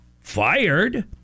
fired